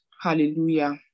Hallelujah